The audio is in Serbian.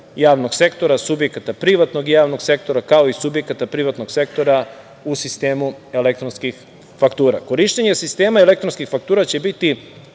javnog sektora, subjekata privatnog i javnog sektora, kao i subjekata privatnog sektora u sistemu elektronskih faktura. Korišćenjem sistema elektronskih faktura, će biti